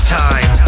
time